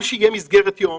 שגם יהיה מסגרת יום